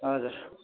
हजुर